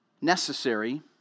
necessary